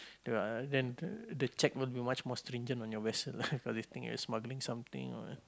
the uh then the the check will be much stringent on your vessel ah if they think you're smuggling something or